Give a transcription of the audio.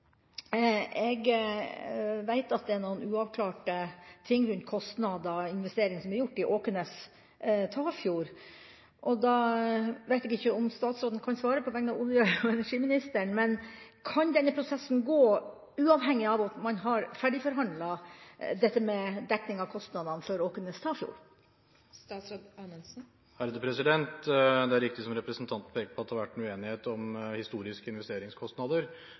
Jeg vet at det i Åknes Tafjord er noen uavklarte ting rundt kostnader og investeringer som er gjort. Jeg vet ikke om statsråden, på vegne av olje- og energiministeren, kan svare på om denne prosessen kan gå, uavhengig av om man har ferdigforhandlet dette med dekning av kostnader for Åknes Tafjord? Det er riktig, som representanten peker på, at det har vært noe uenighet om historiske investeringskostnader.